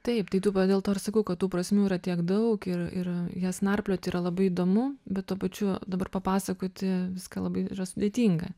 taip tai tu va dėl to ir sakau kad tų prasmių yra tiek daug ir ir jas narpliot yra labai įdomu bet tuo pačiu dabar papasakoti viską labai yra sudėtinga